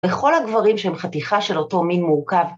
וכל הגברים שהם חתיכה של אותו מין מורכב.